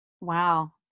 Wow